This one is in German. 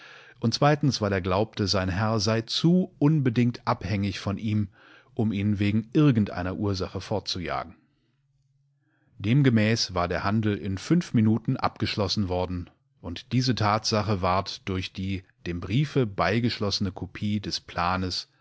und zweitens weil er glaubte sein herr sei zu unbedingt abhängig von ihm um ihn wegen irgendeiner ursachefortzujagen demgemäß war der handel in fünf minuten abgeschlossen worden und diese tatsache ward durch die dem briefe beigeschlossene kopie des planes